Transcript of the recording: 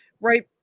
right